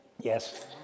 Yes